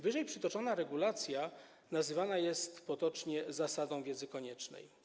Wyżej przytoczona regulacja nazywana jest potocznie zasadą wiedzy koniecznej.